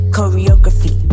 Choreography